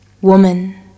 woman